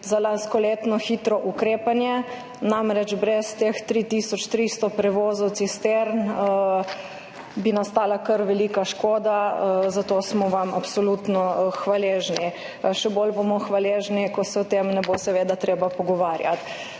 za lanskoletno hitro ukrepanje, namreč brez teh 3 tisoč 300 prevoženih cistern bi nastala kar velika škoda, zato smo vam absolutno hvaležni. Še bolj bomo hvaležni, ko se seveda o tem ne bo treba pogovarjati.